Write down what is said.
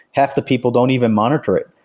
half the people don't even monitor it,